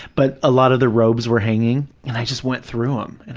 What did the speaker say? but a lot of the robes were hanging and i just went through them, and